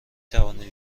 توانی